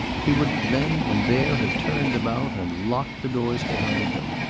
he would then and there have turned them out, and locked the doors behind them.